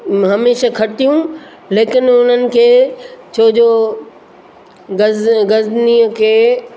हमेशह खटियूं लेकिनि उन्हनि खे छोजो गज़ गज़नीअ खे